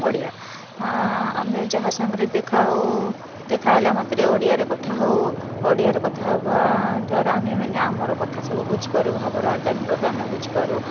ଓଡ଼ିଆ ଆମେ ଯାହା ସାଙ୍ଗେରେ ଦେଖାହଉ ଦେଖାହେଲା ମାତ୍ରେ ଓଡ଼ିଆରେ କଥା ହଉ ଓଡ଼ିଆରେ କଥା ହେବା ଦ୍ୱାରା ଆମେମାନେ ଆମର କଥା ସବୁ ବୁଝିପାରୁ ଭାବର ଆଦାନ ପ୍ରଦାନ ବୁଝିପାରୁ